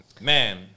Man